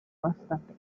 bastante